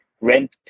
rent